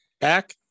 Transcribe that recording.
Back